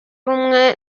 rumwe